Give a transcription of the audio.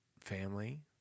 family